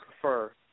prefer